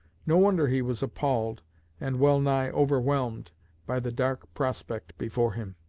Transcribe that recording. no wonder he was appalled and well-nigh overwhelmed by the dark prospect before him.